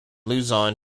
luzon